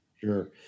Sure